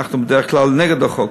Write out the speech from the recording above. אנחנו בדרך כלל נגד חוקי-יסוד.